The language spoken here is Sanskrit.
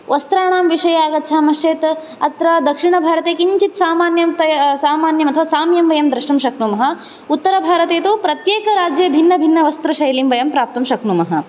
वस्त्राणां विषये आगच्छामश्चेत् अत्र दक्षिणभारते किञ्चित् सामान्यं तया सामान्य साम्यं वयं द्रष्टुं शक्नुमः उत्तरभारते तु प्रत्येकराज्ये भिन्नभिन्नवस्त्रशैलीं वयं प्राप्तुं शक्नुमः